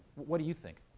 what do you think?